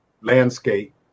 landscape